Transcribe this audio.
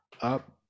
up